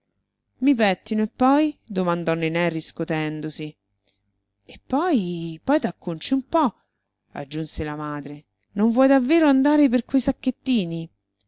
i pettino e poi domandò nené riscotendosi e poi poi t'acconci un po aggiunse la madre non vuoi davvero andare per quei sacchettini